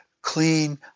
clean